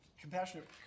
compassionate